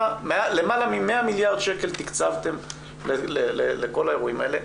למעלה מ-100 מיליארד שקל לכל האירועים האלה.